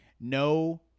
no